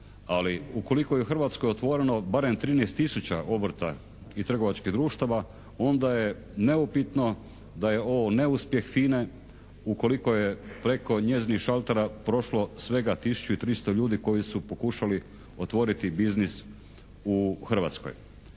ali ukoliko je u Hrvatskoj otvoreno barem 13 tisuća obrta i trgovačkih društava onda je neupitno da je ovo neuspjeh FINA-e ukoliko je preko njezinih šaltera prošlo svega tisuću i 300 ljudi koji su pokušali otvoriti biznis u Hrvatskoj.